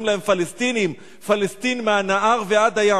להם פלסטינים: פלסטין מהנהר ועד הים.